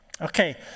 Okay